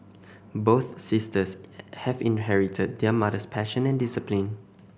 both sisters have inherited their mother's passion and discipline